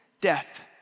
death